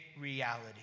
reality